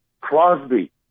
Crosby